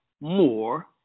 more